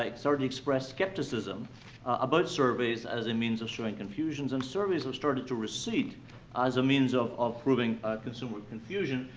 like started to express skepticism about surveys as a means of showing confusions and surveys have started to recede as a means of of proving consumer confusion.